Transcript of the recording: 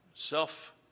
Self